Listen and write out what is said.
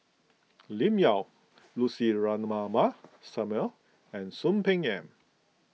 Lim Yau Lucy Ratnammah Samuel and Soon Peng Yam